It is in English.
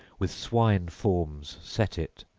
with swine-forms set it,